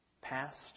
Past